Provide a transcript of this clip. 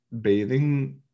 bathing